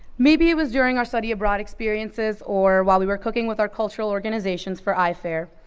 maybe it was during our study abroad experiences or while we were cooking with our cultural organizations for i fair,